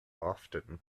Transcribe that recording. often